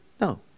No